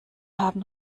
haben